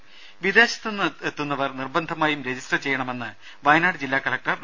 രുമ വിദേശത്ത് നിന്നെത്തുന്നവർ നിർബന്ധമായും രജിസ്റ്റർ ചെയ്യണമെന്ന് വയനാട് ജില്ലാ കലക്ടർ ഡോ